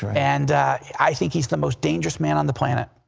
and i think he is the most dangerous man on the planet.